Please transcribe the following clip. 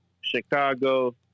Chicago